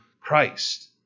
Christ